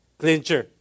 clincher